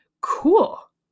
cool